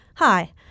Hi